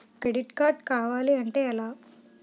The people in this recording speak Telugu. క్రెడిట్ కార్డ్ కావాలి అంటే ఎలా?